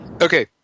okay